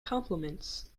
compliments